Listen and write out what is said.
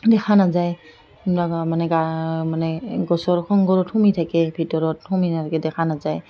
দেখা নাযায় মানে গা মানে গছৰ খোৰোংত সোমাই থাকে ভিতৰত সোমাই থাকে তেনেকৈ দেখা নাযায়